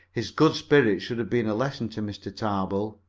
his good spirits should have been a lesson to mr. tarbill.